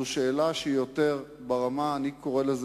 זו שאלה שהיא יותר ברמה אני קורא לזה